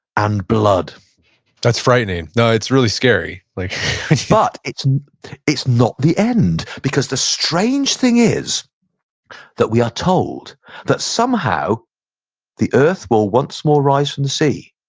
and blood that's frightening. no, it's really scary like but, it's it's not the end. because the strange thing is that we are told that somehow the earth will once more rise from the sea.